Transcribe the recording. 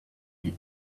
the